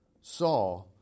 saw